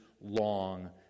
long